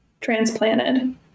transplanted